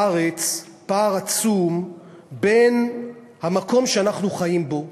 יש בארץ פער עצום בין המקום שאנחנו חיים בו,